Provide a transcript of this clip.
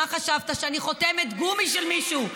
מה חשבת, שאני חותמת גומי של מישהו?